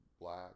black